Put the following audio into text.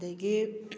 ꯑꯗꯨꯗꯒꯤ